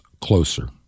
closer